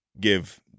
give